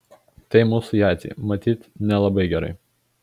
tai mūsų jadzei matyt nelabai gerai